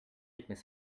missile